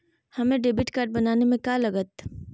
हमें debit card बनाने में का लागत?